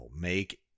Make